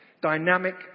dynamic